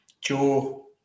Joe